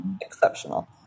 exceptional